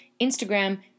Instagram